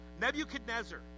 Nebuchadnezzar